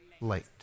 late